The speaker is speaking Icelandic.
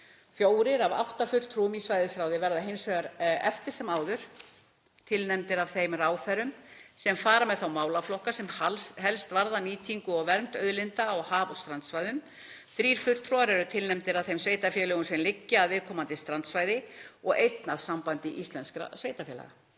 Fjórir af átta fulltrúum í svæðisráði verða hins vegar eftir sem áður tilnefndir af ráðherrum sem fara með þá málaflokka er helst varða nýtingu og vernd auðlinda á haf- og strandsvæðum. Þrír fulltrúar eru tilnefndir af þeim sveitarfélögum sem liggja að viðkomandi strandsvæði og einn af Sambandi íslenskra sveitarfélaga.